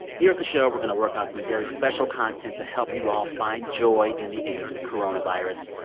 here at the show, we're going to work on some very special content to help you all find joy in the age of coronavirus.